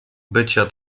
bycia